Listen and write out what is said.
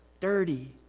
dirty